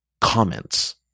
comments